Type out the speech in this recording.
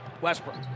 Westbrook